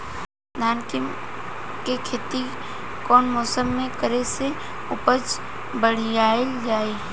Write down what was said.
धान के खेती कौन मौसम में करे से उपज बढ़ाईल जाई?